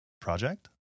project